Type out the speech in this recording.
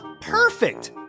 perfect